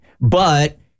but-